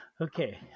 Okay